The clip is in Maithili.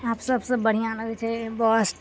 आब सभसँ बढ़िआँ लगय छै बस